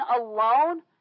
alone